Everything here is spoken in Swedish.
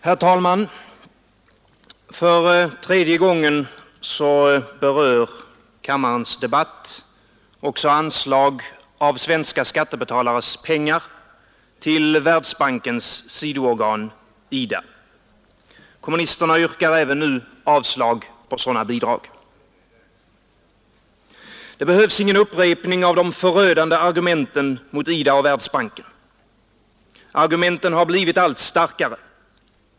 Herr talman! För tredje gången berör kammares debatt också anslag av svenska skattebetalares pengar till Världsbankens sidoorgan, IDA. Kommunisterna yrkar även nu avslag på sådana bidrag. Det behövs ingen upprepning av de förödande argumenten mot IDA och Världsbanken. Argumenten har blivit allt starkare.